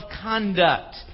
conduct